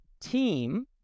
team